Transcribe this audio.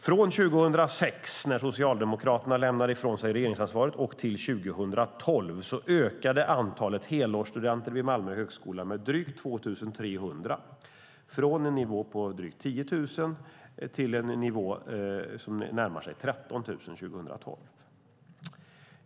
Från 2006, när Socialdemokraterna lämnade ifrån sig regeringsansvaret, och till 2012 ökade antalet helårsstudenter vid Malmö högskola med drygt 2 300 från en nivå på drygt 10 000 till en nivå som närmar sig 13 000 år 2012.